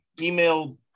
email